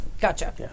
Gotcha